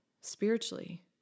spiritually